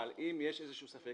אבל אם יש איזשהו ספק,